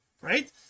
right